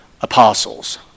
apostles